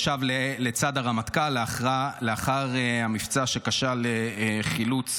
והוא ישב לצד הרמטכ"ל לאחר המבצע שכשל לחילוץ